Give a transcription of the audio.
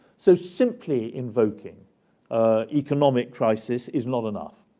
so simply invoking ah economic crisis is not enough.